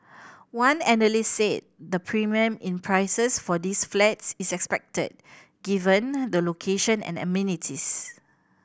one analyst said the premium in prices for these flats is expected given the location and amenities